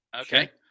Okay